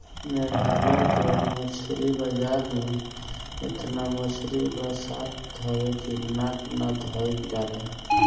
मेघालय के मछरी बाजार में एतना मछरी बसात हवे की नाक ना धइल जाला